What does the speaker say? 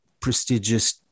prestigious